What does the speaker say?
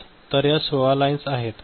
तर या 16 लाईन्स आहेत 12 ते 16